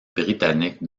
britannique